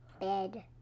bed